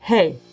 Hey